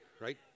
Right